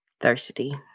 Thirsty